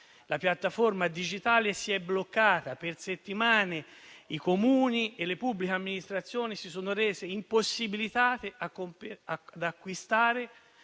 La piattaforma digitale si è bloccata: per settimane i Comuni e le pubbliche amministrazioni sono stati impossibilitati ad acquistare